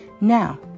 Now